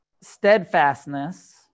steadfastness